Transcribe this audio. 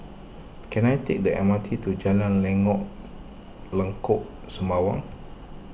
can I take the M R T to Jalan Lengkok Sembawang